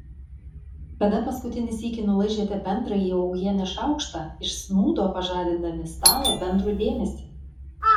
kada paskutinį sykį nulaižėte bendrąjį uogienės šaukštą iš snūdo pažadindami stalo bendrų dėmesį